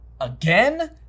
again